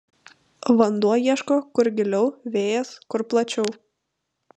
vanduo ieško kur giliau vėjas kur plačiau